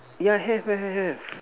yeah have have have have